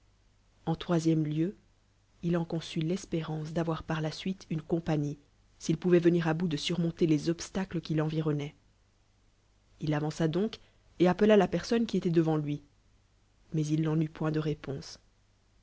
en troisiéme lieu il en conçut l'espérance d'avoir par la snite une compagnie s'il pouvait venirà bout de surmonter les obstacles qni l'environnaient il avança donc et appelalapersonne qui étoit devant lui mais il n'en eut point de réponse